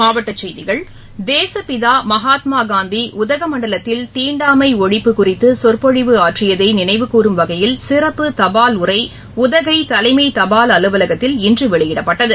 மாவட்டசெய்திகள் தேசப்பிதாமகாத்மாகாந்திஉதகமண்டலத்தில் தீன்டாமைஆழிப்பு குறித்துசொற்பொழிவு ஆற்றியதைநினைவுக்கூறும் வகையில் சிறப்பு தபால் உறைஉதகைதலைமைதபால் அலுவலகத்தில் இன்றுவெளியிடப்பட்டது